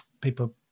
people